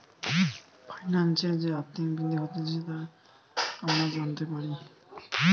ফাইন্যান্সের যে আর্থিক বৃদ্ধি হতিছে আমরা জানতে পারি